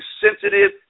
sensitive